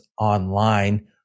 online